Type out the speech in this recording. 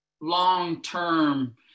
long-term